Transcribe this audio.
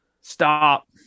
Stop